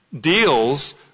deals